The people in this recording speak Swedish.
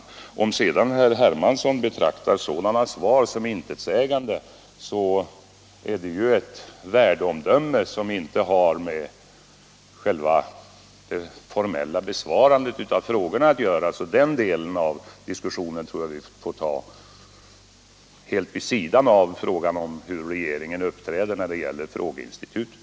105 Om sedan herr Hermansson betraktar sådana svar som intetsägande, är det ett värdeomdöme som inte har med själva det formella besvarandet av frågorna att göra, så den delen av diskussionen tror jag att vi får ta helt vid sidan av frågan om hur regeringen uppträder när det gäller frågeinstitutet.